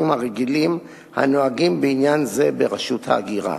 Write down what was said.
הרגילים הנוהגים בעניין זה ברשות ההגירה.